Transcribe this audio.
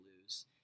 lose